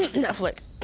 netflix.